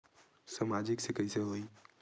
सामाजिक से कइसे होही?